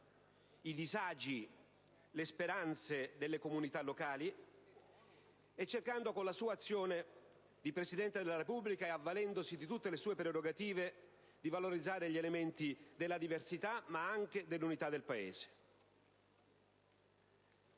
i disagi, le speranze delle comunità locali, e cercando con la sua azione di Presidente della Repubblica, avvalendosi di tutte le sue prerogative, di valorizzare gli elementi della diversità, ma anche dell'unità del Paese.